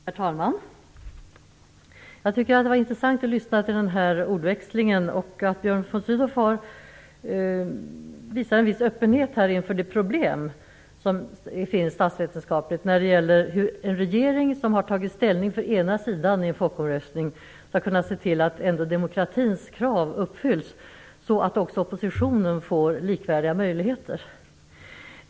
Herr talman! Jag tycker att det var intressant att lyssna till den här ordväxlingen och att Björn von Sydow visar en viss öppenhet inför det statsvetenskapliga problem som finns, nämligen hur en regering som har tagit ställning för den ena sidan i en folkomröstning skall kunna se till att demokratins krav ändå uppfylls så att också oppositionen får likvärdiga möjligheter.